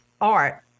art